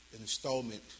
installment